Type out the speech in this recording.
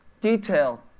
detail